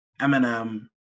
Eminem